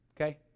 okay